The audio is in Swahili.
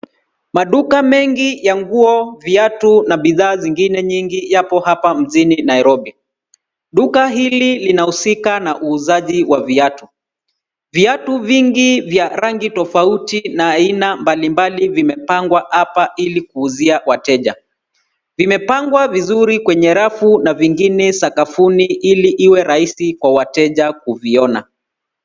Maduka mengi ya nguo, viatu na bidhaa zingine nyingi yapo hapa mjini Nairobi. Duka hili linahusika na uuzaji wa viatu. Viatu vingi vya rangi tofauti na aina mbali mbali vimepangwa hapa ili kuuzia wateja. Vimepangwa vizuri kwenye rafu na vingine sakafuni ili iwe rahisi kwa wateja kuviona.